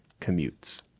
commutes